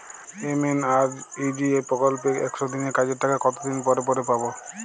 MNREGA প্রকল্পে একশ দিনের কাজের টাকা কতদিন পরে পরে পাব?